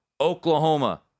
Oklahoma